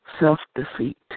self-defeat